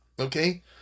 Okay